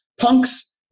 punks